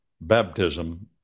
baptism